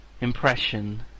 impression